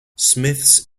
smiths